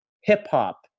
Hip-hop